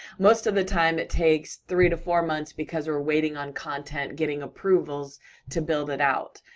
most of the time, it takes three to four months because we're waiting on content getting approvals to build it out.